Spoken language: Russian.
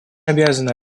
обязаны